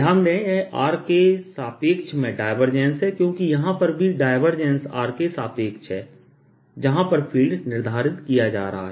ध्यान दें यह r के सापेक्ष में डायवर्जेंस है क्योंकि यहां पर भी डायवर्जेंस r के सापेक्ष है जहां पर फील्ड निर्धारित किया जा रहा है